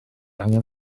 angen